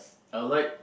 I like